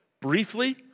briefly